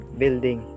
building